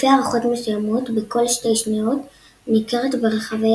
לפי הערכות מסוימות בכל שתי שניות נכרת ברחבי